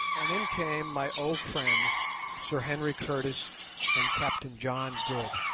and in came my old friends sir henry curtis and captain john good,